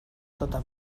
tota